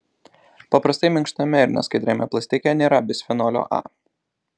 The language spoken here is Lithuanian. paprastai minkštame ir neskaidriame plastike nėra bisfenolio a